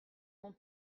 mon